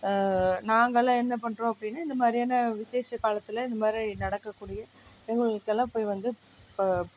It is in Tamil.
நாங்களெலாம் என்ன பண்ணுறோம் அப்படின்னா இந்த மாதிரியான விசேஷ காலத்தில் இந்த மாதிரி நடக்கக்கூடிய கோயிலுக்கெல்லாம் போய் வந்து